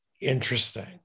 interesting